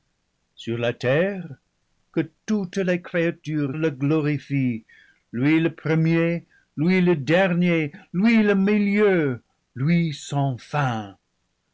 sur la terre que toutes les créatures le glorifient lui le premier lui le dernier lui le milieu lui sans fin